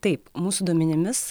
taip mūsų duomenimis